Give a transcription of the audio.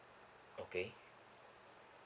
okay